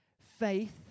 Faith